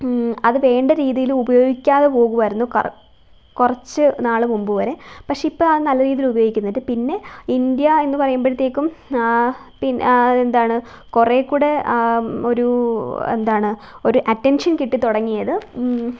അത് വേണ്ട രീതിയില് ഉപയോഗിക്കാതെ പോകുകയായിരുന്നു കുറച്ച് നാള് മുമ്പു വരെ പക്ഷെ ഇപ്പോള് അത് നല്ല രീതിയില് ഉപയോഗിക്കുന്നുണ്ട് പിന്നെ ഇന്ത്യ എന്ന് പറയുമ്പോഴത്തേക്കും എന്താണ് കുറേക്കൂടെ ഒരൂ എന്താണ് ഒരു അറ്റെൻഷൻ കിട്ടിത്തുടങ്ങിയത്